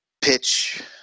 pitch